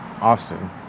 Austin